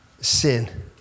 sin